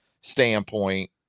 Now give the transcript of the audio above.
standpoint